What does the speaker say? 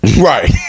Right